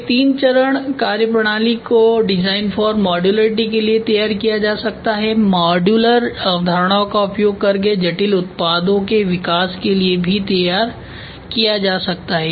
एक तीन चरण कार्यप्रणाली को डिज़ाइन फॉर मॉडुलरिटी के लिए तैयार किया जा सकता है मॉड्यूलर अवधारणाओं का उपयोग करके जटिल उत्पादों के विकास के लिए भी तैयार किया जा सकता है